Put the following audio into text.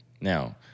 Now